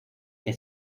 que